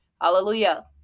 Hallelujah